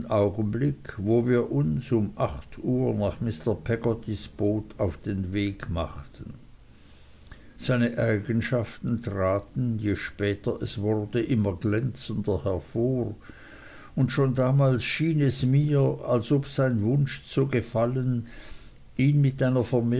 augenblick wo wir uns um acht uhr nach mr peggottys boot auf den weg machten seine eigenschaften traten je später es wurde immer glänzender hervor und schon damals schien es mir als ob sein wunsch zu gefallen ihn mit